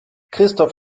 christoph